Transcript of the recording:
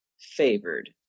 favored